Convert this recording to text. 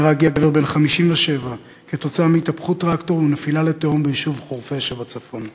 נהרג גבר בן 57 בהתהפכות טרקטור ונפילה לתהום ביישוב חורפיש שבצפון,